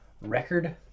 record